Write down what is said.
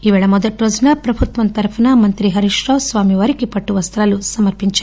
ఈ పేళ మొదటి రోజున ప్రభుత్వం తరపున మంత్రి హరీష్ రావు స్వామివారికి పట్టువస్తాలు సమర్పించారు